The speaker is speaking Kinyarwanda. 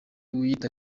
wiyita